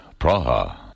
Praha